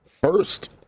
first